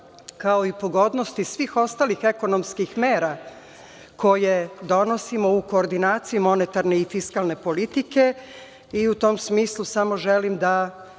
kao i pogodnosti svih ostalih ekonomskih mera koje donosimo u koordinaciji monetarne i fiskalne politike.U tom smislu samo želim da